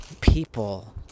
people